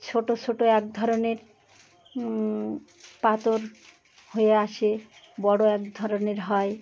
ছোট ছোট এক ধরনের পাথর হয়ে আসে বড় এক ধরনের হয়